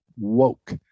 woke